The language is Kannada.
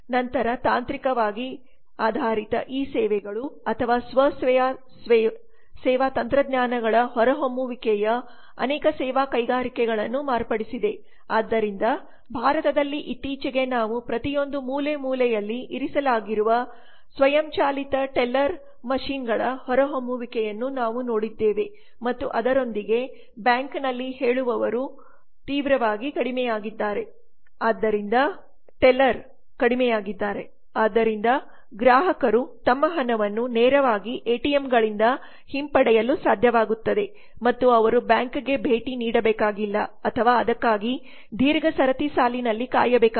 ನಂತರ ತಾಂತ್ರಿಕವಾಗಿ ಆಧಾರಿತ ಇ ಸೇವೆಗಳು ಅಥವಾ ಸ್ವ ಸೇವಾ ತಂತ್ರಜ್ಞಾನಗಳ ಹೊರಹೊಮ್ಮುವಿಕೆಯು ಅನೇಕ ಸೇವಾ ಕೈಗಾರಿಕೆಗಳನ್ನು ಮಾರ್ಪಡಿಸಿದೆ ಆದ್ದರಿಂದ ಭಾರತದಲ್ಲಿ ಇತ್ತೀಚೆಗೆ ನಾವು ಪ್ರತಿಯೊಂದು ಮೂಲೆ ಮತ್ತು ಮೂಲೆಯಲ್ಲಿ ಇರಿಸಲಾಗಿರುವ ಸ್ವಯಂಚಾಲಿತ ಟೆಲ್ಲರ್ಯಂತ್ರಗಳ ಹೊರಹೊಮ್ಮುವಿಕೆಯನ್ನು ನಾವು ನೋಡಿದ್ದೇವೆ ಮತ್ತು ಅದರೊಂದಿಗೆ ಬ್ಯಾಂಕಿನಲ್ಲಿ ಹೇಳುವವರು ತೀವ್ರವಾಗಿ ಕಡಿಮೆಯಾಗಿದ್ದಾರೆ ಆದ್ದರಿಂದ ಗ್ರಾಹಕರು ತಮ್ಮ ಹಣವನ್ನು ನೇರವಾಗಿ ಎಟಿಎಂಗಳಿಂದ ಹಿಂಪಡೆಯಲು ಸಾಧ್ಯವಾಗುತ್ತದೆ ಮತ್ತು ಅವರು ಬ್ಯಾಂಕ್ಗೆ ಭೇಟಿ ನೀಡಬೇಕಾಗಿಲ್ಲ ಅಥವಾ ಅದಕ್ಕಾಗಿ ದೀರ್ಘ ಸರತಿ ಸಾಲಿನಲ್ಲಿ ಕಾಯಬೇಕಾಗಿಲ್ಲ